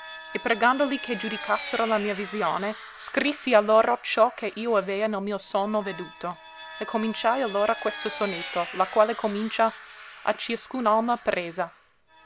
e pregandoli che giudicassero la mia visione scrissi a loro ciò che io avea nel mio sonno veduto e cominciai allora questo sonetto lo quale comincia a ciascun'alma presa